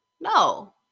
No